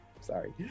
sorry